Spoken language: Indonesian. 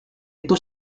itu